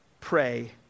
pray